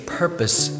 purpose